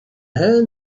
hand